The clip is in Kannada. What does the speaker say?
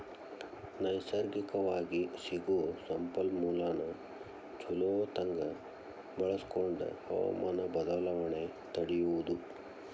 ನೈಸರ್ಗಿಕವಾಗಿ ಸಿಗು ಸಂಪನ್ಮೂಲಾನ ಚುಲೊತಂಗ ಬಳಸಕೊಂಡ ಹವಮಾನ ಬದಲಾವಣೆ ತಡಿಯುದು